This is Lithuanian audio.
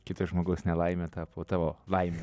kito žmogaus nelaimė tapo tavo laime